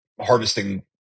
harvesting